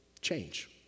change